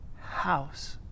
house